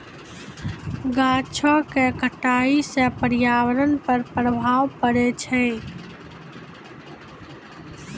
गाछो क कटाई सँ पर्यावरण पर प्रभाव पड़ै छै